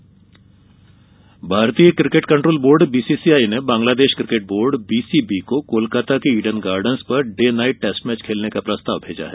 cricket भारतीय cricket control board BCI ने Bangladesh cricket board BCB को कोलकाता के ईडन गार्डन्स पर डे नाइट टेस्ट खेलने का प्रस्ताव भेजा है